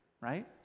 right